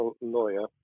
lawyer